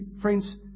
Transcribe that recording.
friends